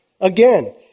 Again